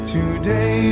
Today